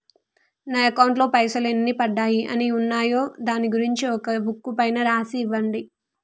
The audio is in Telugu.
నా అకౌంట్ లో పైసలు ఎన్ని పడ్డాయి ఎన్ని ఉన్నాయో దాని గురించి ఒక బుక్కు పైన రాసి ఇవ్వండి?